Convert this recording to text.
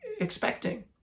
expecting